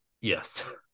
yes